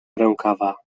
rękawa